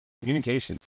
communication